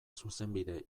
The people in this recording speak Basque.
zuzenbide